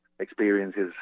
experiences